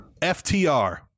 FTR